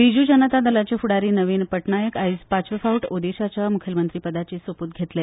बिजू जनता दलाचे फुडारी नवीन पटनायक आयज पाचवें फावट ओदीशाच्या मुख्यमंत्रीपदाची सोपूत घेतले